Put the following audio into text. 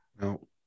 No